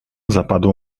zapadło